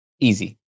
easy